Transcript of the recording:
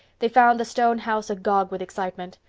they found the stone house agog with excitement.